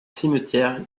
cimetière